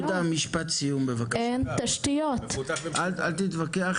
אין תשתית ביוב,